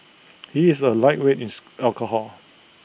he is A lightweight in alcohol